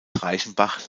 reichenbach